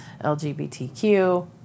LGBTQ